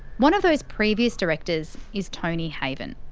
one of those previous directors is tony haven.